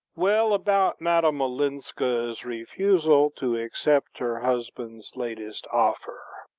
well, about madame olenska's refusal to accept her husband's latest offer.